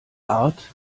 art